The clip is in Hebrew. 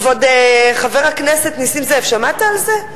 כבוד חבר הכנסת נסים זאב, שמעת על זה,